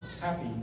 Happy